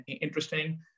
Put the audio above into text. interesting